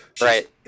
Right